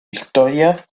historia